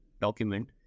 document